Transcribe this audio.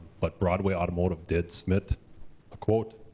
but broadway automotive did submit a quote.